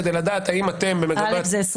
כדי לדעת האם אתם במגמת --- א' היא 2021?